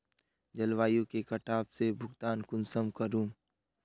जलवायु के कटाव से भुगतान कुंसम करूम?